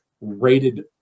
rated